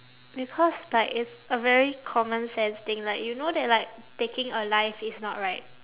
because like it's a very common sense thing like you know that like taking a life is not right